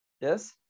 yes